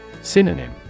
Synonym